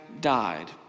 died